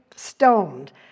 stoned